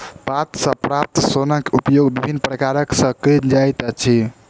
पात सॅ प्राप्त सोनक उपयोग विभिन्न प्रकार सॅ कयल जाइत अछि